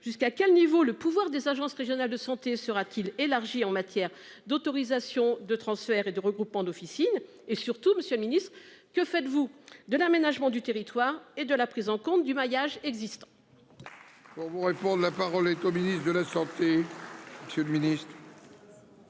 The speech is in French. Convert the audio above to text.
jusqu'à quel niveau. Le pouvoir des agences régionales de santé sera-t-il élargi en matière d'autorisation de transfert et de regroupements d'officines et surtout, Monsieur le Ministre, que faites-vous de l'aménagement du territoire et de la prise en compte du maillage existant. Pour vous répondre. La parole est au ministre de la Santé.